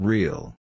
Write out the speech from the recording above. Real